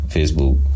Facebook